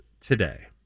today